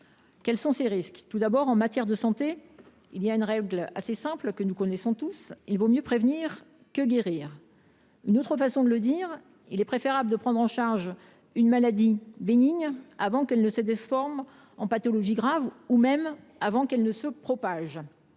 Quels sont ils ? Tout d’abord, en matière de santé, il existe une règle assez simple que nous connaissons tous : il vaut mieux prévenir que guérir. Autrement dit, il est préférable de prendre en charge une maladie bénigne avant qu’elle n’évolue en pathologie grave ou même avant qu’elle ne se propage.